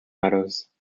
meadows